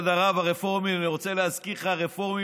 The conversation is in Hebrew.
אני לא מתכוון